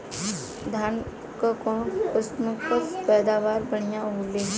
धान क कऊन कसमक पैदावार बढ़िया होले?